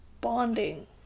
bonding